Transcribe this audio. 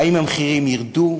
האם המחירים ירדו?